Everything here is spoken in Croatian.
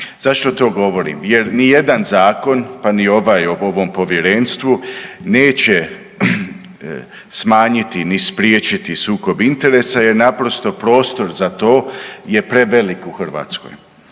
Zašto to govorim? Jer ni jedan zakon, pa ni ovaj o ovom povjerenstvu neće smanjiti ni spriječiti sukob interesa jer naprosto prostor za to je prevelik u Hrvatskoj.